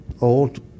old